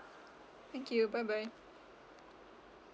thank you bye bye